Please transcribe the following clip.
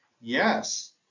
Yes